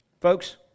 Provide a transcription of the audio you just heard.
Folks